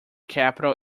capital